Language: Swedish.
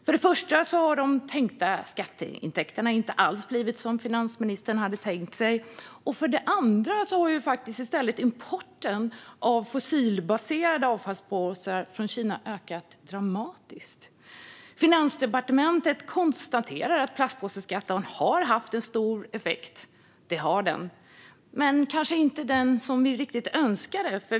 För det första har de tänkta skatteintäkterna inte alls blivit som finansministern hade tänkt sig. För det andra har i stället importen av fossilbaserade avfallspåsar från Kina ökat dramatiskt. Finansdepartementet konstaterar att plastpåseskatten har haft en stor effekt. Det har den, men kanske inte riktigt den som vi önskade.